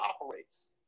operates